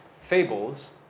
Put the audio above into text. fables